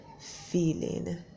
Feeling